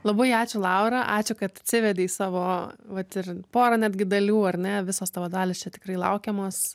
labai ačiū laura ačiū kad atsivedei savo vat ir pora netgi dalių ar ne visos tavo dalys čia tikrai laukiamos